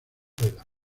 venezuela